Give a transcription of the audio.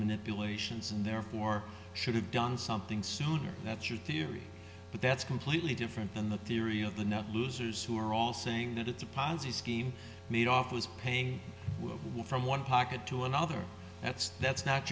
manipulations and therefore should have done something sooner that's your theory but that's completely different than the theory of the net losers who are all saying that it's a policy scheme made off was paid from one pocket to another that's that's not